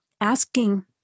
asking